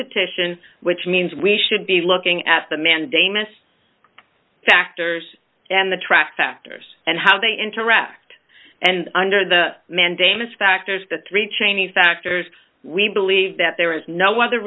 petition which means we should be looking at the mandamus factors and the track factors and how they interact and under the mandamus factors the three cheney factors we believe that there is no other